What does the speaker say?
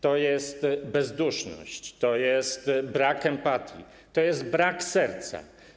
To jest bezduszność, to jest brak empatii, to jest brak serca.